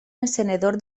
encenedor